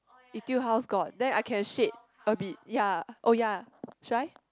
Etude House got then I can shade a bit ya oh ya should I